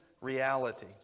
reality